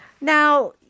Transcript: Now